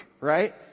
Right